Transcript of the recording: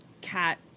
cat